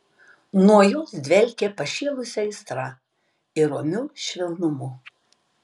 nuo jos dvelkė pašėlusia aistra ir romiu švelnumu